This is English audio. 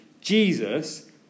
Jesus